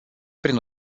prin